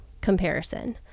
comparison